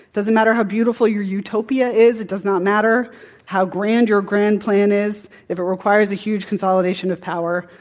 doesn't matter how beautiful your utopia is. it does not matter how grand your grand plan is if it requires a huge consolidation of power.